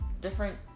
different